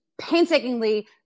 painstakingly